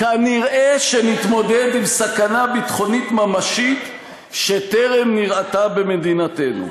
"כנראה נתמודד עם סכנה ביטחונית ממשית שטרם נראתה במדינתנו".